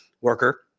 worker